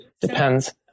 Depends